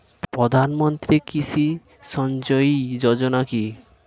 প্রধানমন্ত্রী কৃষি সিঞ্চয়ী যোজনা কি?